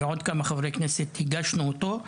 ועוד כמה חברי כנסת הגשנו אותו,